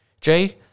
Jay